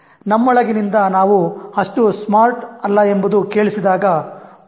ನಮ್ಮೊಳಗಿನಿಂದ ನಾವು ಅಷ್ಟು "ಸ್ಮಾರ್ಟ್" ಅಲ್ಲ ಎಂಬುದು ಕೇಳಿಸಿದಾಗ ಓ